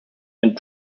and